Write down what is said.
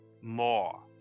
more